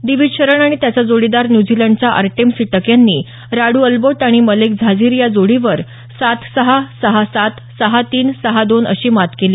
दिविज शरण आणि त्याचा जोडीदार न्यूझिलंडचा अर्टेम सिटक यांनी राडू अल्बोट आणि मलेक जझिरी या जोडीवर सात सहा सहा सात सहा तीन सहा दोन अशी मात केली